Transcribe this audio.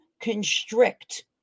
constrict